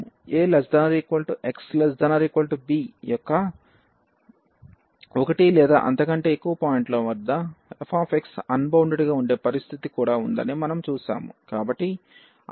axb యొక్క ఒకటి లేదా అంతకంటే ఎక్కువ పాయింట్ల వద్ద fx అన్బౌండెడ్ గా ఉండే పరిస్థితి కూడా ఉందని మనము చూశాము